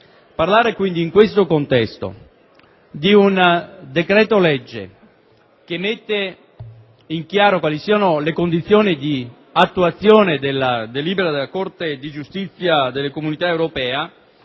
Parlare quindi, in questo contesto, di un decreto-legge che mette in chiaro le condizioni di attuazione della delibera della Corte di giustizia delle Comunità europee